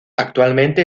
actualmente